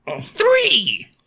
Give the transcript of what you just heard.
Three